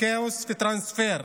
כאוס וטרנספר?